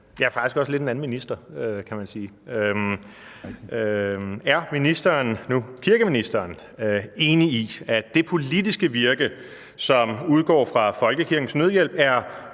– ja, faktisk også lidt en anden minister, kan man sige. Er ministeren – nu kirkeministeren – enig i, at det politiske virke, som udgår fra Folkekirkens Nødhjælp, er